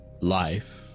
life